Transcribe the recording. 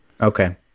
Okay